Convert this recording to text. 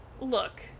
look